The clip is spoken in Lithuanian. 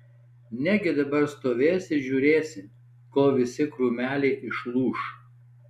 negi dabar stovėsi ir žiūrėsi kol visi krūmeliai išlūš